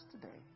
today